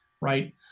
right